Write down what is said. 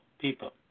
people